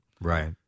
right